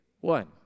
one